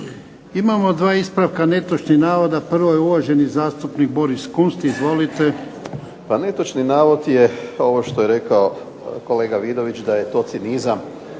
Imamo dva ispravka netočnih navoda prvo je uvaženi zastupnik Boris Kunst. Izvolite. **Kunst, Boris (HDZ)** Pa netočni navod je ovo što je rekao kolega Vidović da je to cinizam